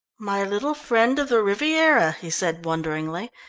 my little friend of the riviera, he said wonderingly,